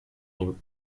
nim